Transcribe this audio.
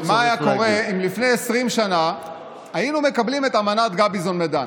דמיינו מה היה קורה אם לפני 20 שנה היינו מקבלים את אמנת גביזון-מדן.